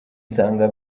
nsanga